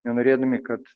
nenorėdami kad